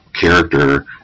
character